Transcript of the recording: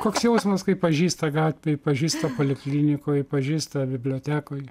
koks jausmas kai pažįsta gatvėj pažįsta poliklinikoj pažįsta bibliotekoj